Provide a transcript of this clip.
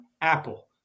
Apple